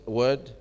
word